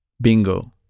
Bingo